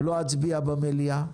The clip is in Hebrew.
לא אצביע במליאה.